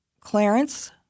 Clarence